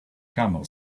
camel